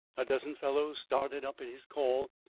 a dozen fellows started up at his call,